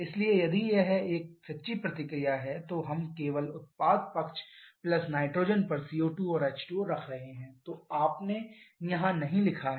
इसलिए यदि यह एक सच्ची प्रतिक्रिया है तो हम केवल उत्पाद पक्ष प्लस नाइट्रोजन पर CO2 और H2O रख रहे हैं जो आपने यहां नहीं लिखा है